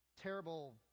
terrible